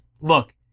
Look